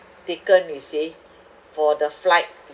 taken you see for the flight